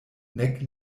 nek